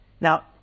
Now